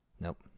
Nope